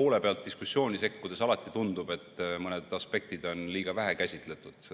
Poole pealt diskussiooni sekkudes tundub alati, et mõnda aspekti on liiga vähe käsitletud.